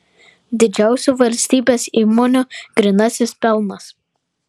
didžiausių valstybės įmonių grynasis pelnas